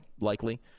likely